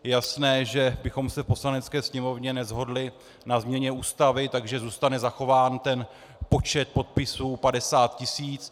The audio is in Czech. Je jasné, že bychom se v Poslanecké sněmovně neshodli na změně Ústavy, tak zůstane zachován ten počet podpisů 50 tisíc.